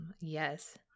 Yes